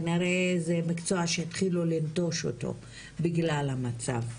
כנראה זה מקצוע שהתחילו לנטוש אותו בגלל המצב.